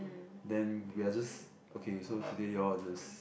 then we are just okay so today you all will just